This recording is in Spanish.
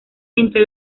entre